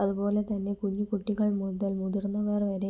അതുപോലെത്തന്നെ കുഞ്ഞുകുട്ടികൾ മുതൽ മുതിർന്നവർ വരെ